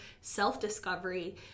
self-discovery